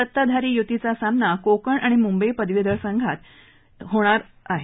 सत्ताधारी युतीचा सामना कोकण आणि मुंबई पदवीधर मतदारसंघात होणार आहे